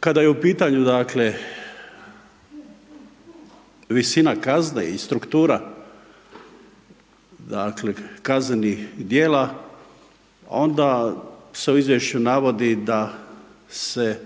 Kada je u pitanju dakle visina kazne i struktura dakle kaznenih djela onda se u izvješću navodi da se